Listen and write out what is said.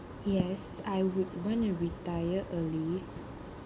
yes I would want to retire early